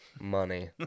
Money